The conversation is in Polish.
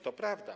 To prawda.